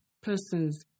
persons